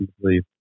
believe